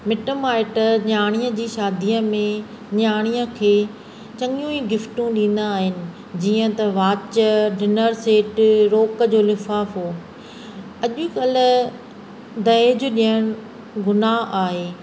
मिटु माइटु न्याणीअ जी शादीअ में न्याणीअ खे चङियूं ई गिफ़्टूं ॾींदा आहिनि जीअं त वॉच डिनर सेट रोक जो लिफ़ाफ़ो अॼुकल्ह दहेज ॾियणु गुनाह आहे